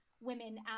women